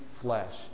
flesh